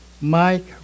Mike